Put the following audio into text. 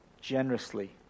generously